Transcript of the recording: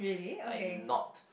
like not